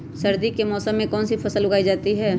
सर्दी के मौसम में कौन सी फसल उगाई जाती है?